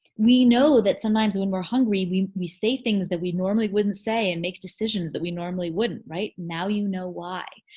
we know that sometimes when we're hungry we we say things that we normally wouldn't say and make decisions that we normally wouldn't, right? now you know why.